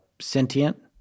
sentient